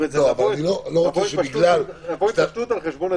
בסוף זה כלי עזר,